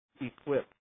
equipped